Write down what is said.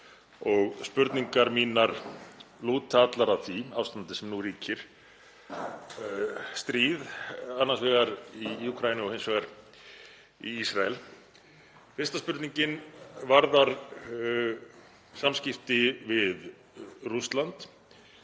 og spurningar mínar lúta allar að því ástandi sem nú ríkir, stríði annars vegar í Úkraínu og hins vegar í Ísrael. Fyrsta spurningin varðar samskipti við Rússland